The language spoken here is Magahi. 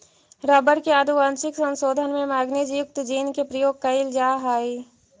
रबर के आनुवंशिक संशोधन में मैगनीज युक्त जीन के प्रयोग कैइल जा हई